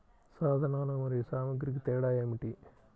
సాధనాలు మరియు సామాగ్రికి తేడా ఏమిటి?